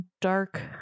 dark